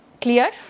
clear